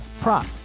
prop